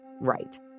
Right